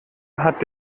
hat